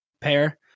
pair